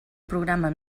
programa